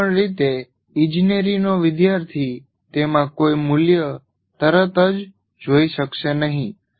કોઈપણ રીતે ઇજનેરીનો વિદ્યાર્થી તેમાં કોઈ મૂલ્ય તરત જ જોઈ શકશે નહીં